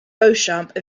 beauchamp